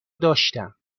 داشتم